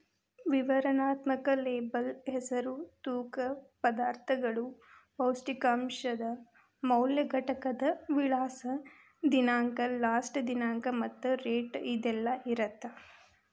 ವಿವರಣಾತ್ಮಕ ಲೇಬಲ್ ಹೆಸರು ತೂಕ ಪದಾರ್ಥಗಳು ಪೌಷ್ಟಿಕಾಂಶದ ಮೌಲ್ಯ ಘಟಕದ ವಿಳಾಸ ದಿನಾಂಕ ಲಾಸ್ಟ ದಿನಾಂಕ ಮತ್ತ ರೇಟ್ ಇದೆಲ್ಲಾ ಇರತ್ತ